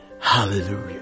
Hallelujah